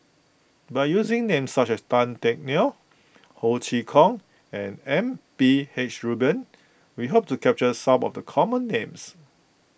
by using names such as Tan Teck Neo Ho Chee Kong and M P H Rubin we hope to capture some of the common names